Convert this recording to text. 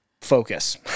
focus